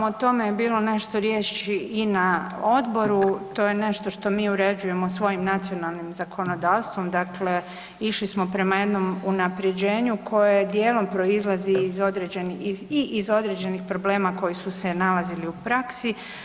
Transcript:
O tome je bilo nešto riječi i na odboru, to je nešto što mi uređujemo svojim nacionalnim zakonodavstvom, dakle išli smo prema jednom unaprjeđenju koje dijelom proizlazi i iz određenih problema koji su se nalazili u praksi.